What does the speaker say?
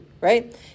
right